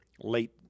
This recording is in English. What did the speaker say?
late